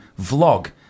vlog